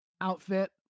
outfit